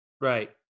Right